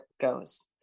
goes